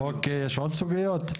אוקיי, יש עוד סוגיות?